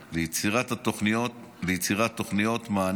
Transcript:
ליצירת תוכניות מענים